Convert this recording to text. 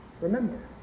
remember